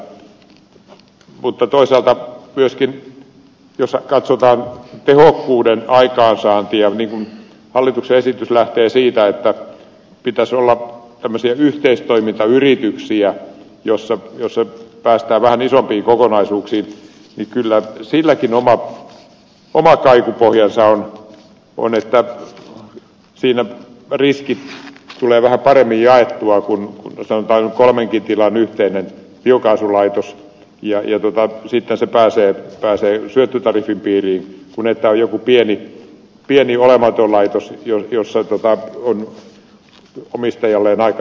pulliaisen kanssa osittain samaa mieltä mutta toisaalta myöskin jos katsotaan tehokkuuden aikaansaantia niin kun hallituksen esitys lähtee siitä että pitäisi olla tämmöisiä yhteistoimintayrityksiä joissa päästään vähän isompiin kokonaisuuksiin niin kyllä silläkin oma kaikupohjansa on että siinä riskit tulevat vähän paremmin jaettua kun on sanotaan nyt kolmenkin tilan yhteinen biokaasulaitos ja sitten se pääsee syöttötariffin piiriin kuin jos on joku pieni olematon laitos jossa on omistajalleen aika isot riskit